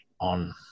on